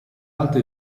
alta